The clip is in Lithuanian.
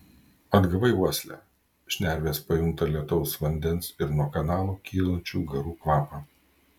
atgavai uoslę šnervės pajunta lietaus vandens ir nuo kanalo kylančių garų kvapą